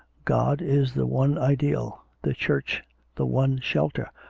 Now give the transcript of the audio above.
god is the one ideal, the church the one shelter,